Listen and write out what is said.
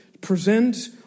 Present